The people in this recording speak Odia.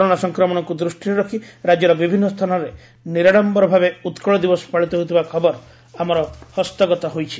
କରୋନା ସଂକ୍ରମଣକୁ ଦୃଷ୍ଟିରେ ରଖି ରାଜ୍ୟର ବିଭିନ୍ନ ସ୍ଥାନରେ ନିରାଡମ୍ଟରଭାବେ ଉକୁଳ ଦିବସ ପାଳିତ ହେଉଥିବା ଖବର ଆମର ହସ୍ତଗତ ହୋଇଛି